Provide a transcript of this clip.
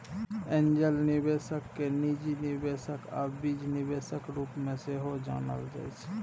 angel निबेशक केँ निजी निबेशक आ बीज निबेशक रुप मे सेहो जानल जाइ छै